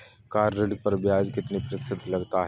Car ऋण पर ब्याज कितने प्रतिशत है?